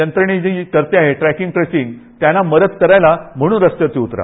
यंत्रणा जी करते आहे ट्रॅकिंग ट्रेसिंग त्यांना मदत करायला म्हणून रस्त्यावरती उतरा